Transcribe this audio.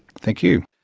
thank you.